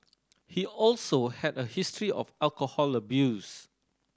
he also had a history of alcohol abuse